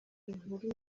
inkuru